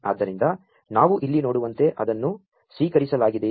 ಆದ್ದರಿಂ ದ ನಾ ವು ಇಲ್ಲಿ ನೋ ಡು ವಂ ತೆ ಅದನ್ನು ಸ್ವೀ ಕರಿಸಲಾ ಗಿದೆ